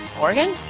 Oregon